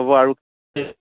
হ'ব আৰু